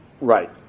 Right